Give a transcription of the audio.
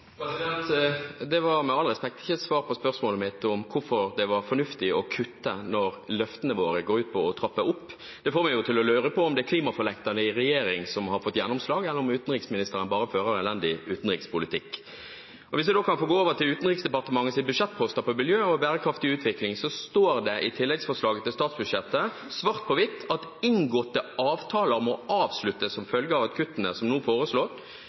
spørsmålet mitt om hvorfor det var fornuftig å kutte, når løftene våre går ut på å trappe opp. Det får meg til å lure på om det er klimafornekterne i regjeringen som har fått gjennomslag, eller om utenriksministeren bare fører elendig utenrikspolitikk. Hvis jeg da kan få gå over til Utenriksdepartementets budsjettposter på miljø og bærekraftig utvikling: Det står i tilleggsforslaget til statsbudsjettet svart på hvitt at inngåtte avtaler må avsluttes som følge av kuttene som nå